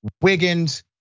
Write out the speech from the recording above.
Wiggins